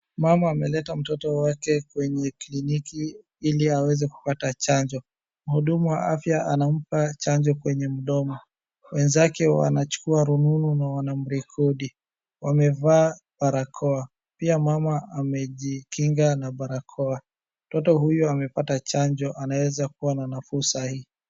Mama ameleta mtoto wake kwenye kliniki ili aweze kupata chajo. Mhudumu wa afya anampa chajo kwenye mdomo wenzake wanachukua rununu na wanamrekodi wamevaa barakoa pia mama amejingika na barakoa. Mtoto huyo amepata chajo anaweza kuwa na nafuu saa hii.